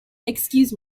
excuse